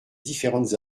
différentes